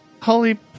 Holy